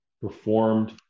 performed